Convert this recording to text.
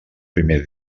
primer